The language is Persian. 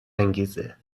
انگیزه